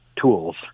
tools